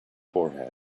forehead